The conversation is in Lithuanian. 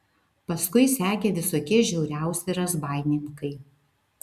paskui sekė visokie žiauriausi razbaininkai